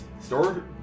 store